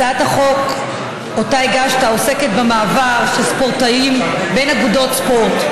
הצעת החוק שאותה הגשת עוסקת במעבר של ספורטאים בין אגודות ספורט.